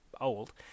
Old